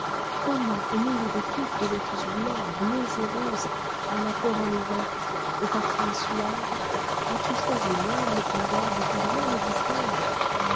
comment au milieu des touffes de lotus blancs bleus et roses à la corolle ouverte au parfum suave as-tu choisi l'humble brin d'herbe que rien ne distingue